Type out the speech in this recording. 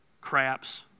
craps